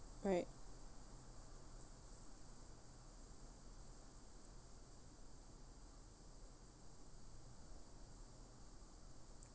right